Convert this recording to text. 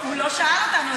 הוא לא שאל אותנו,